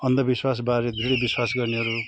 अन्धविश्वासबारे दृढविश्वास गर्नेहरू